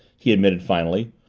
he admitted finally.